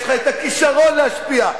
יש לך היכולת להשפיע.